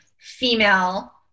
female